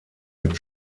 mit